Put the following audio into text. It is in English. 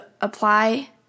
apply